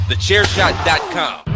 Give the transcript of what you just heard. TheChairShot.com